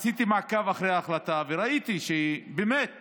עשיתי מעקב אחרי ההחלטה וראיתי שבאמת